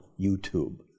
YouTube